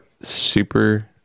super